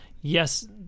Yes